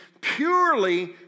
purely